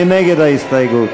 מי נגד ההסתייגות?